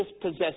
possess